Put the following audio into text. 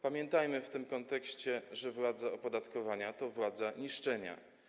Pamiętajmy w tym kontekście, że władza opodatkowania to władza niszczenia.